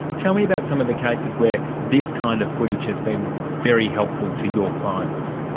tell me about some of the cases where this kind of footage has been very helpful to your clients.